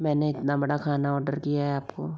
मैंने इतना बड़ा खाना ऑर्डर किया है आपको